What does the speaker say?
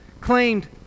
claimed